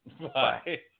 Bye